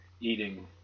eating